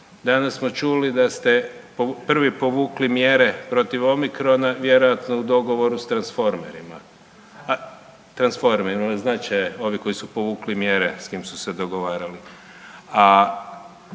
Danas smo čuli da ste prvi povukli mjere protiv Omicorna vjerojatno u dogovoru s transformerima. Transformerima znači ovi koji su povukli mjere s kim su se dogovarali. A